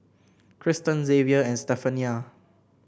Kristen Zavier and Stephania